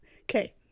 Okay